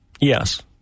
Yes